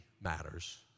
matters